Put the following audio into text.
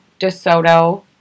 DeSoto